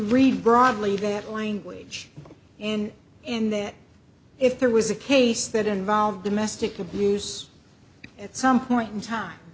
read broadly that language and in that if there was a case that involved the mastic abuse at some point in time